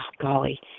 golly